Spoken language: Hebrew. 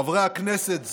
חברי הכנסת,